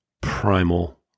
primal